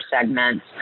segments